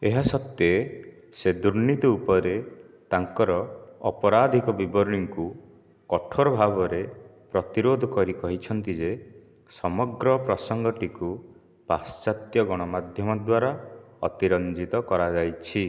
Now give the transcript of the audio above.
ଏହା ସତ୍ତ୍ୱେ ସେ ଦୁର୍ନୀତି ଉପରେ ତାଙ୍କର ଅପରାଧିକ ବିବରଣୀକୁ କଠୋର ଭାବରେ ପ୍ରତିରୋଧ କରି କହିଛନ୍ତି ଯେ ସମଗ୍ର ପ୍ରସଙ୍ଗଟିକୁ ପାଶ୍ଚାତ୍ୟ ଗଣମାଧ୍ୟମ ଦ୍ୱାରା ଅତିରଞ୍ଜିତ କରାଯାଇଛି